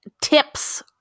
tips